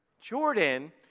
Jordan